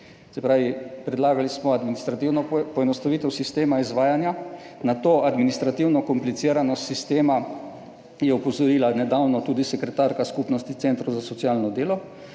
predlagali smo administrativno poenostavitev sistema izvajanja. Na to administrativno kompliciranost sistema je opozorila nedavno tudi sekretarka Skupnosti centrov za socialno delo,